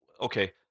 Okay